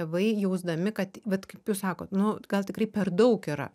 tėvai jausdami kad vat kaip jūs sakot nu gal tikrai per daug yra